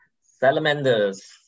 Salamanders